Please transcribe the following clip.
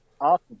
Awesome